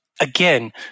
Again